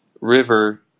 river